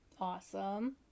awesome